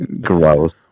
Gross